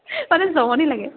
জমনি লাগে